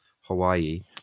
Hawaii